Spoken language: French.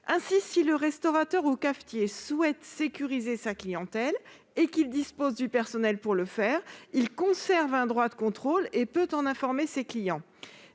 clients. Si le restaurateur ou cafetier souhaite sécuriser sa clientèle et s'il dispose du personnel pour le faire, il conserve un droit de contrôle et peut en informer ses clients.